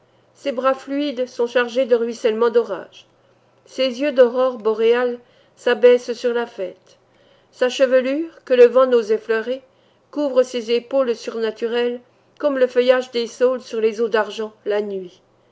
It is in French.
ses bras fluides sont chargés de ruissellements d'orage ses yeux d'aurores boréales s'abaissent sur la fête sa chevelure que le vent n'ose effleurer couvre ses épaules surnaturelles comme le feuillage des saules sur les eaux d'argent la nuit